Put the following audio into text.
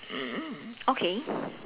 mm okay